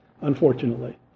unfortunately